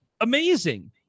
amazing